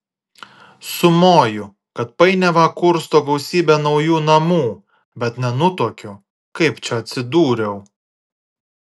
sumoju kad painiavą kursto gausybė naujų namų bet nenutuokiu kaip čia atsidūriau